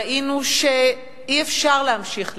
ראינו שאי-אפשר להמשיך להתעלם,